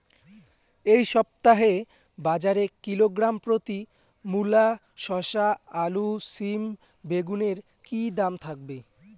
এই সপ্তাহে বাজারে কিলোগ্রাম প্রতি মূলা শসা আলু সিম বেগুনের কী দাম থাকবে?